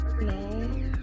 No